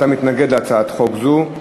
אתה מתנגד להצעת חוק זו.